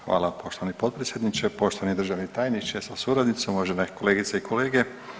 Hvala poštovani potpredsjedniče, poštovani državni tajniče sa suradnicom, uvažene kolegice i kolege.